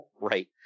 right